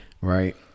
Right